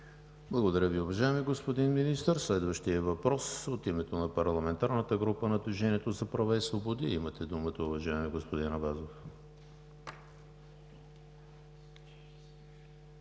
Благодаря Ви, уважаеми господин Министър. Следващият въпрос е от името на парламентарната група на „Движението за права и свободи“. Имате думата, уважаеми господин Абазов.